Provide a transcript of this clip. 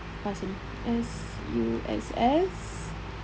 pass sini S_U_S_S